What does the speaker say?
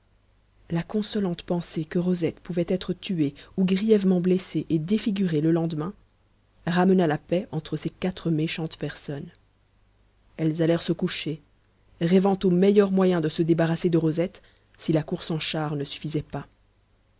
la consolante pensée que rosette pouvait être tuée ou grièvement blessée et défigurée le lendemain ramena la paix entre ces quatre méchantes personnes elles allèrent se coucher rêvant aux meilleurs moyens de se débarrasser de rosette si la course en chars ne suffisait pas